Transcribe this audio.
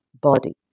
body